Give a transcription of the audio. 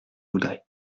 voudrez